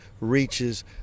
reaches